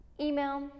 Email